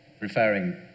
referring